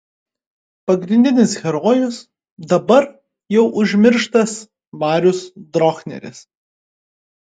pagrindinis herojus dabar jau užmirštas marius drochneris